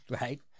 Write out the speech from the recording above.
Right